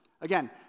Again